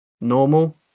normal